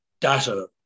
data